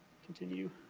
continue.